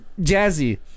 Jazzy